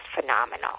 phenomenal